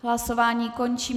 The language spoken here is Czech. Hlasování končím.